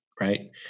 right